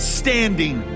standing